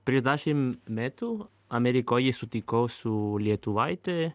prieš dešim metų amerikoje sutikau su lietuvaitė